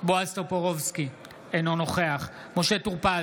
בועז טופורובסקי, אינו נוכח משה טור פז,